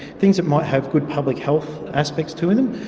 things that might have good public health aspects to them,